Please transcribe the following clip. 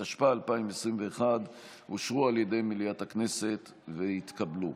25), התשפ"א 2021, נתקבלו.